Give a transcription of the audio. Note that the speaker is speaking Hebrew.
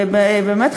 ובאמת,